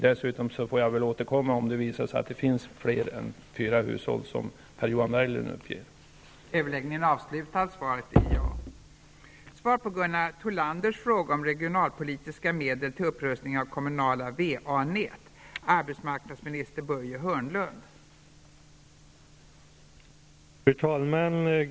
Dessutom får jag återkomma om det visar sig att det finns fler än fyra hushåll som har dåliga mottagningsförhållanden, vilket Per-Johan Berglund har uppgett.